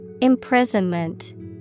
Imprisonment